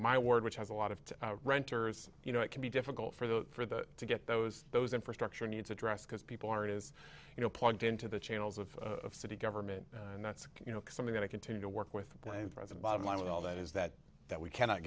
my ward which has a lot of renters you know it can be difficult for the for the to get those those infrastructure needs addressed because people are is you know plugged into the channels of city government and that's you know something that i continue to work with and present bottom line with all that is that that we cannot